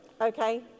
Okay